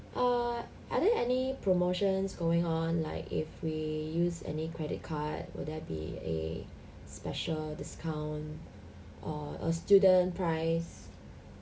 err are there any promotions going on like if we use any credit card will there be a special discount or a student price